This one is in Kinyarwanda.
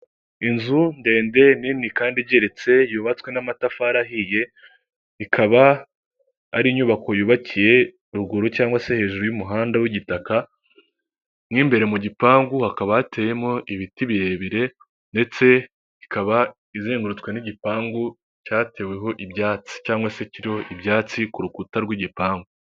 Inzu ndende nini kandi igereritse yubatswe n'amatafari ahiye, ikaba ari inyubako yubakiye ruguru cyangwa se hejuru y'umuhanda w'igitaka, mo imbere mu gipangu hakaba hateyemo ibiti birebire ndetse ikaba izengurutswe n'igipangu cyateweho ibyatsi, cyangwa se kiriho ibyatsi ku rukuta rw'igipangu.